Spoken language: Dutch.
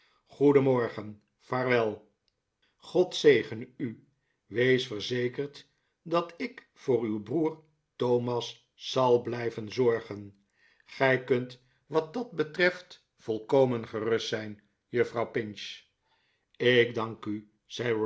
vaarwel god zegene u wees verzekerd dat ik voor uw broer thomas zal blijven zorgen gij kunt wat dat betreft volkomen gerust zijn juffrouw pinch ik dank u